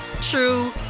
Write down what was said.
true